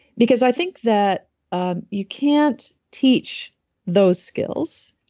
because i think that ah you can't teach those skills.